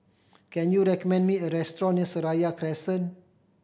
can you recommend me a restaurant near Seraya Crescent